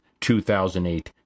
2008